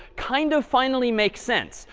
kind of finally makes sense.